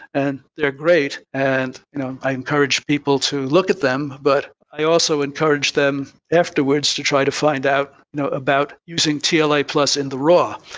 and they're great and i encourage people to look at them. but i also encourage them afterwards to try to find out you know about using yeah tla plus in the raw.